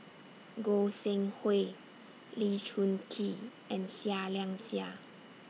Goi Seng Hui Lee Choon Kee and Seah Liang Seah